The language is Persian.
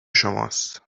شماست